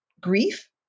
grief